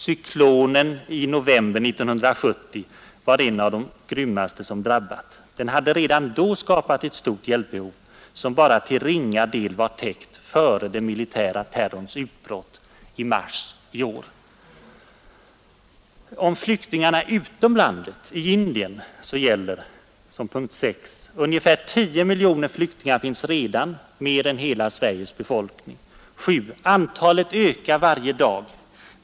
Cyklonen i november 1970 var en av de grymmaste som drabbat något land. Den hade redan då skapat ett stort hjälpbehov, som bara till ringa del var täckt före den militära terrorns utbrott i mars i år. 6. Ungefär 10 miljoner flyktingar finns redan, mer än hela Sveriges befolkning. 1. Antalet ökar varje dag.